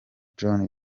johnny